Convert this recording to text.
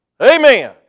Amen